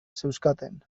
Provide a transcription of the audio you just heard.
zeuzkaten